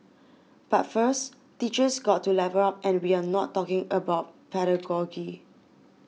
but first teachers got to level up and we are not talking about pedagogy